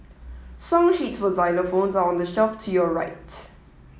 song sheets for xylophones are on the shelf to your right